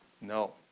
No